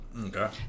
Okay